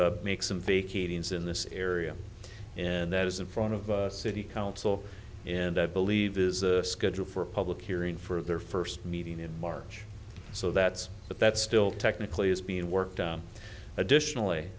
makes them vacating is in this area and that is in front of city council and i believe is scheduled for a public hearing for their first meeting in march so that's but that's still technically is being worked on additionally